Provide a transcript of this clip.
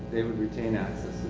they would retain access.